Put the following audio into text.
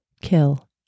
kill